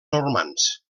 normands